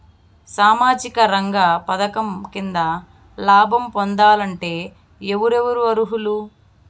సామాజిక రంగ పథకం కింద లాభం పొందాలంటే ఎవరెవరు అర్హులు?